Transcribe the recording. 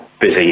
busy